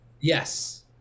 Yes